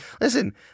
listen